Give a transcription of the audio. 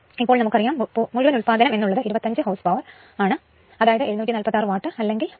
ഇപ്പോൾ നമുക്ക് അറിയാം മുഴുവൻ ഉത്പാദനം എന്ന് ഉള്ളത് 25 hp ഹോഴ്സ് പവർ ആണ് അതായത് 746 വാട്ട് അല്ലെങ്കിൽ 18